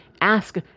Ask